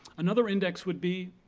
another index would be